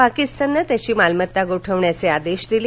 पाकिस्ताननं त्याची मालमत्ता गोठवण्याचे आदेश दिले